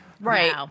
Right